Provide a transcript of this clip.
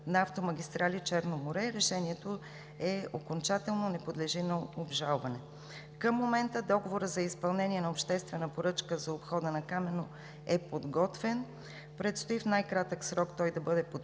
на „Автомагистрали – Черно море“. Решението е окончателно и не подлежи на обжалване. Към момента договорът за изпълнение на обществена поръчка за обхода на Камено е подготвен. Предстои в най-кратък срок той да бъде подписан